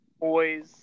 boys